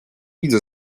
widzę